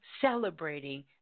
celebrating